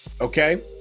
okay